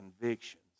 convictions